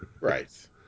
Right